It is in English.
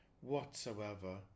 whatsoever